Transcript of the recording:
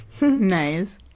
Nice